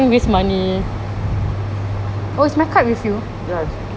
ya it's with me